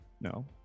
No